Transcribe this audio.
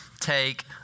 take